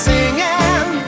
Singing